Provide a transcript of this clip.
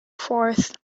forth